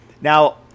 Now